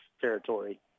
territory